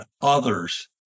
others